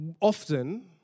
often